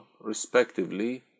respectively